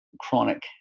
chronic